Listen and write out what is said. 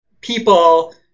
people